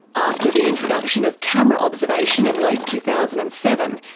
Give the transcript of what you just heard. after the introduction of camera observation in late two thousand and seven,